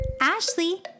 Ashley